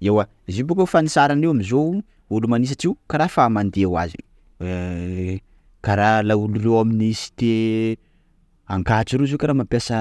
Ewa izy io boaka fanisarany io amzao: olo manisatry io kara fa mandeha hoazy, kara laolo reo amin'ny cité Ankatso reo zao kara mampiasa